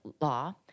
law